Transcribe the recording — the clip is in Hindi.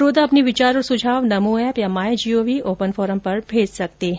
श्रोता अपने विचार और सुझाव नमो एप या माई जीओवी ओपन फोरम पर भेज सकते हैं